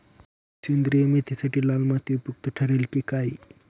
सेंद्रिय मेथीसाठी लाल माती उपयुक्त ठरेल कि काळी?